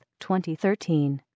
2013